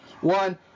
One